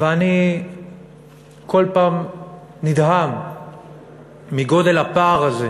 ואני כל פעם נדהם מגודל הפער הזה